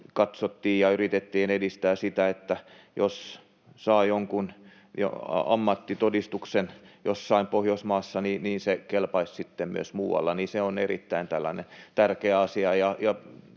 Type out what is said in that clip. katsottiin ja yritettiin edistää sitä, että jos saa jonkun ammattitodistuksen jossain Pohjoismaassa, niin se kelpaisi sitten myös muualla. Se on erittäin tärkeä asia